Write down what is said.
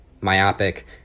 myopic